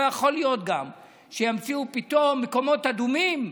גם לא יכול להיות שימציאו פתאום מקומות אדומים,